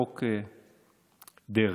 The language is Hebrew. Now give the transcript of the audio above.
חוק דרעי.